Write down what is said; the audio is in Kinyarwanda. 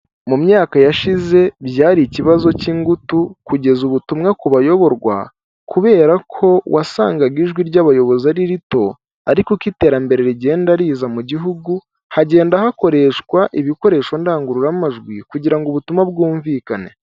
Mu myaka yashize byari ikibazo cy'ingutu kugeza ubutumwa ku bayoborwa, kubera ko wasangaga ijwi ry'abayobozi ari rito, ariko uko iterambere rigenda riza mu gihugu, hagenda hakoreshwa ibikoresho ndangururamajwi kugira ngo ubutumwa bwumvikane.